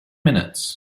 minutes